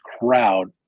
crowd